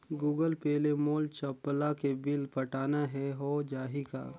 Google Pay ले मोल चपला के बिल पटाना हे, हो जाही का?